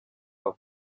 for